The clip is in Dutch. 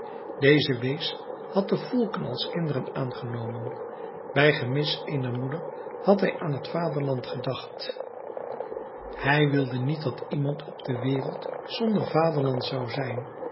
deze wees had de volken als kinderen aangenomen bij gemis eener moeder had hij aan het vaderland gedacht hij wilde niet dat iemand op de wereld zonder vaderland zou zijn